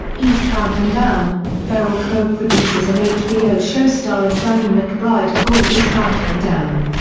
eastbound and down ferrell co-produces an hbo show starring danny mcbride called eastbound and down.